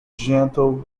gentle